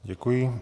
Děkuji.